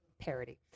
parody